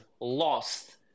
lost